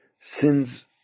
sins